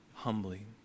Humbly